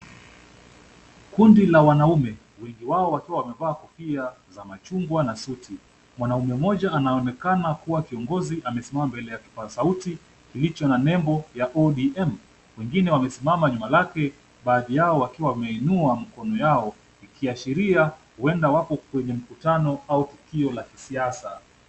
Kundi la wanaume wengi wao wakiwa wamevaa kofia za machungwa na suti. Mwanamume mmoja anaonekana kuwa kiongozi na amesimama mbele ya kipaza sauti kilicho na nembo ya ODM. Wengine wamesimama nyuma yake, baadhi yao wakiwa wameinua mikono yao ikiashiria huenda wako kwenye mkutano au tukio la kisiasa.